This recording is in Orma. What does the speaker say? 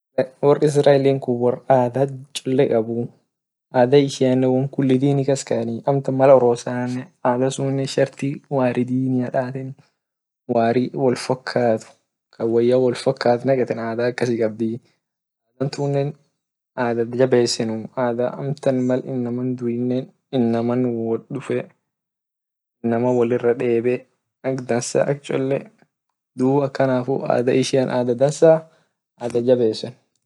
Wor israel wor ada cholle kabdii ada ishiane won kulli dini kas kayenuu mal arosane wari wol fokat ka woya wol fokat ada akasii kabdii wontunne ada jabesenuu ada amtan mal inama duyine inama wot dufe inama wolirra debe ak dansa ak cholle dub akanafuu ada ishian ada dansa ada jabesen.